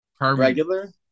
Regular